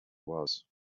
was